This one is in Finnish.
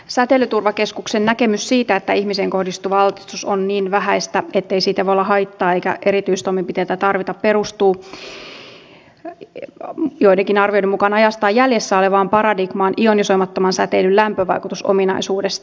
säteilyturvakeskuksen näkemys siitä että ihmiseen kohdistuva altistus on niin vähäistä ettei siitä voi olla haittaa eikä erityistoimenpiteitä tarvita perustuu joidenkin arvioiden mukaan ajastaan jäljessä olevaan paradigmaan ionisoimattoman säteilyn lämpövaikutusominaisuudesta